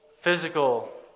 physical